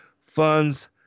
funds